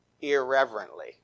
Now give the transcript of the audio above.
irreverently